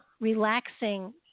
relaxing